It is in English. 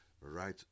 right